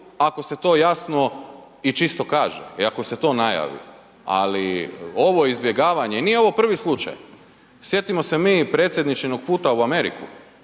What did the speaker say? ako se to jasno i čisto kaže i ako se to najavi. Ali ovo izbjegavanje, nije ovo prvi slučaj, sjetimo se mi i predsjedničinog puta u Ameriku